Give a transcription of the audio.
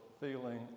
feeling